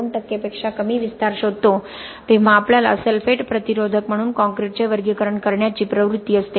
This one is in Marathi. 2 टक्के पेक्षा कमी विस्तार शोधतो तेव्हा आपल्याला सल्फेट प्रतिरोधक म्हणून काँक्रीटचे वर्गीकरण करण्याची प्रवृत्ती असते